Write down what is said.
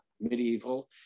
medieval